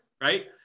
Right